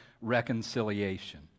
reconciliation